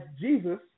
Jesus